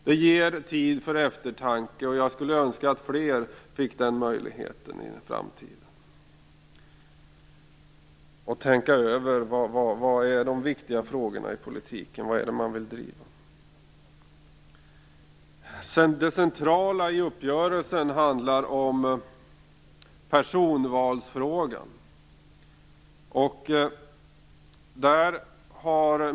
Det ger tid för eftertanke. Jag skulle önska att fler i framtiden fick möjlighet att tänka över vilka frågor som är viktiga i politiken och vilka frågor som man vill driva. Det centrala i uppgörelsen handlar om personvalsfrågan.